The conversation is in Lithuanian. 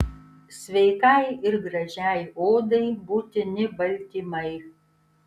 sveikai ir gražiai odai būtini baltymai